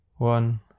One